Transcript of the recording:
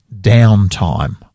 downtime